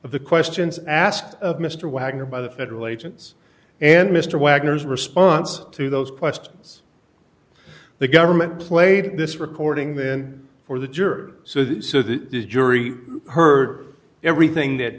of the questions asked of mr wagner by the federal agents and mr wagner's response to those questions the government played this recording than for the juror so that so the jury heard everything that